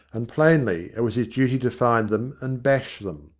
and plainly it was his duty to find them and bash them.